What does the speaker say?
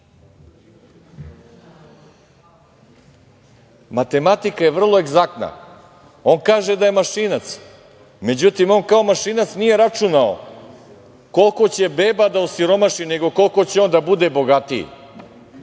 dinara. Matematika je vrlo egzaktna. On kaže da je mašinac, međutim, on kao mašinac nije računao koliko će beba da osiromaši, nego koliko će on da bude bogatiji.